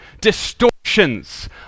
distortions